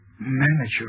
manager